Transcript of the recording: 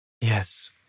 Yes